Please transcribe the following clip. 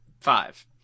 five